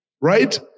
right